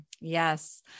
Yes